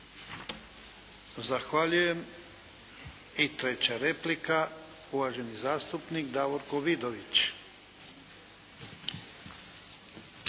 Zahvaljujem. I treća replika. Uvaženi zastupnik Davorko Vidović.